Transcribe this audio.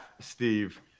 Steve